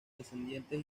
descendientes